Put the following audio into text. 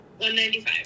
195